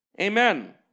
amen